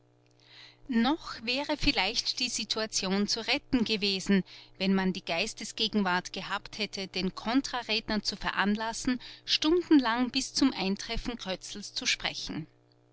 noch wäre vielleicht die situation zu retten gewesen wenn man die geistesgegenwart gehabt hatte den kontra redner zu veranlassen stundenlang bis zum eintreffen krötzls zu sprechen